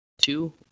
two